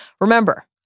Remember